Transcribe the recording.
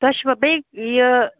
تۄہہِ چھُوا بیٚیہِ یہِ